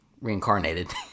reincarnated